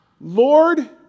Lord